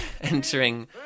entering